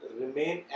remain